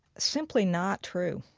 simply not true.